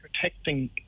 protecting